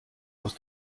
aus